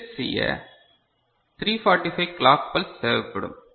reset செய்ய 345 clock pulse தேவைப்படும்